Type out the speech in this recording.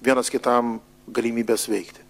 vienas kitam galimybes veikti